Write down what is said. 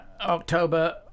October